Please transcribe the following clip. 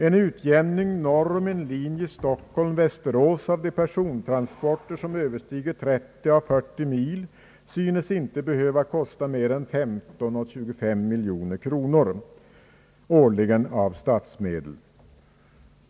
En utjämning norr om en linje Stockholm— Västerås—Örebro av de persontransporter som överstiger 30 å 40 mil synes inte behöva kosta mer än 15 å 25 miljoner kronor årligen av statsmedel.